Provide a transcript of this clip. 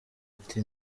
ati